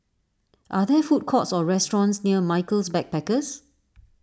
are there food courts or restaurants near Michaels Backpackers